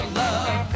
love